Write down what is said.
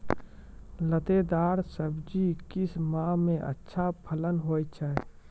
लतेदार दार सब्जी किस माह मे अच्छा फलन होय छै?